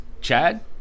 Chad